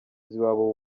z’iwabo